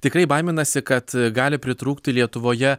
tikrai baiminasi kad gali pritrūkti lietuvoje